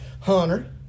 Hunter